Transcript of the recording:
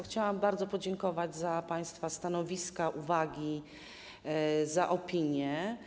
Chciałam bardzo podziękować za państwa stanowiska, uwagi, za opinie.